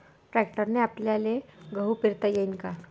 ट्रॅक्टरने आपल्याले गहू पेरता येईन का?